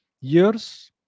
years